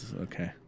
Okay